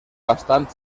bastant